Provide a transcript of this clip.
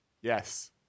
Yes